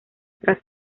tras